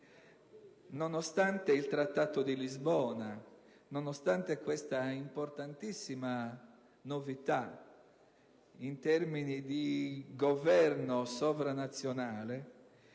nonostante il Trattato di Lisbona, nonostante questa importantissima novità in termini di governo sovranazionale,